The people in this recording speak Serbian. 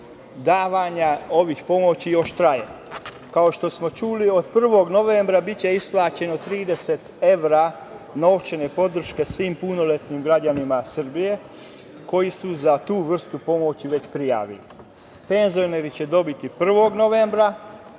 Davanja ovih pomoći još traje. Kao što smo čuli, od 1. novembra biće isplaćeno 30 evra novčane podrške svim punoletnim građanima Srbije koji su se za tu vrstu pomoći već prijavili. Penzioneri će dobiti 1. novembra,